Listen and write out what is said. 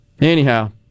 anyhow